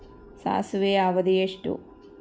ಸಾಸಿವೆಯ ಅವಧಿ ಎಷ್ಟು?